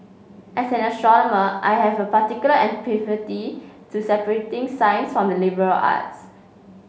as an astronomer I have a particular to separating science from the liberal arts